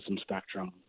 spectrum